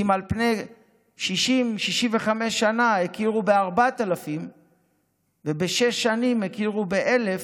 כי אם על פני 60 65 שנה הכירו ב-4,000 ובשש שנים הכירו ב-1,000,